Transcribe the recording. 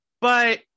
But-